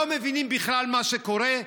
לא מבינים בכלל מה שקורה,